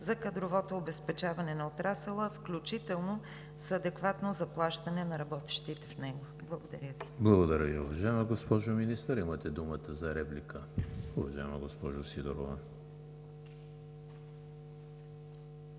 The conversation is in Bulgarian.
за кадровото обезпечаване на отрасъла, включително с адекватно заплащане на работещите в него. Благодаря Ви. ПРЕДСЕДАТЕЛ ЕМИЛ ХРИСТОВ: Благодаря Ви, уважаема госпожо Министър. Имате думата за реплика, уважаема госпожо Сидорова.